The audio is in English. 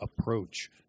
approach